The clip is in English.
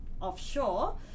offshore